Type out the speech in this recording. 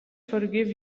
forgive